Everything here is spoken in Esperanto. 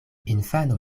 infano